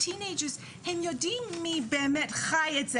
הם יודעים מי באמת חי את זה,